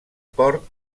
port